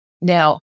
Now